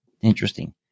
Interesting